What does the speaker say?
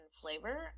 flavor